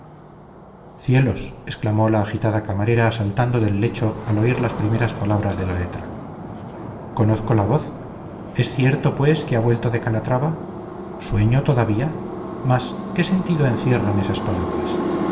cielos exclamó la agitada camarera saltando del lecho al oír las primeras palabras de la letra conozco la voz es cierto pues que ha vuelto de calatrava sueño todavía mas qué sentido encierran esas palabras